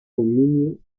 dominio